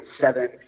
seven